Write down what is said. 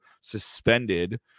suspended